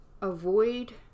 avoid